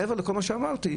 מעבר לכל מה שאמרתי,